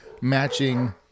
matching